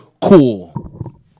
cool